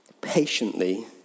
patiently